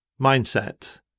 mindset